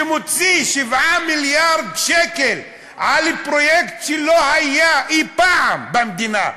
שמוציא 7 מיליארד שקל על פרויקט שלא היה אי-פעם במדינה,